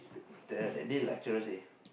the that day lecturer say